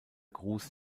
gruß